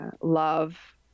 love